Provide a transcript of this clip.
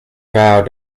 vowed